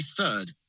third